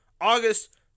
august